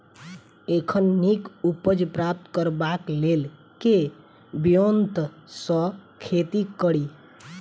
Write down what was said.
एखन नीक उपज प्राप्त करबाक लेल केँ ब्योंत सऽ खेती कड़ी?